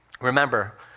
Remember